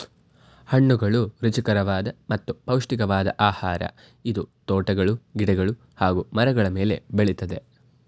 ಹಣ್ಣುಗಳು ರುಚಿಕರವಾದ ಮತ್ತು ಪೌಷ್ಟಿಕವಾದ್ ಆಹಾರ ಇದು ತೋಟಗಳು ಗಿಡಗಳು ಹಾಗೂ ಮರಗಳ ಮೇಲೆ ಬೆಳಿತದೆ